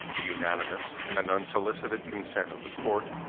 the unanimous and unsolicited consent of the court,